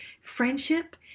friendship